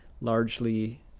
largely